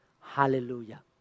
Hallelujah